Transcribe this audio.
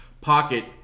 pocket